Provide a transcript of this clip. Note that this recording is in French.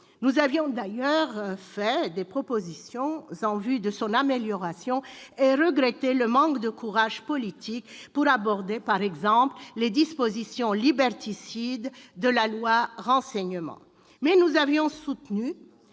Nous avions d'ailleurs fait des propositions en vue de son amélioration et regretté le manque de courage politique pour aborder par exemple les dispositions liberticides de la loi Renseignement. Mais nous avions soutenu,